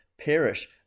perish